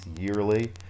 yearly